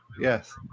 Yes